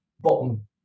bottom